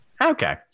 Okay